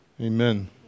Amen